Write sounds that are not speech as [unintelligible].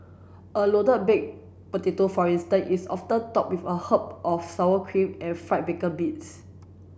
a loaded baked potato for instance is often topped with a [unintelligible] of sour cream and fried bacon bits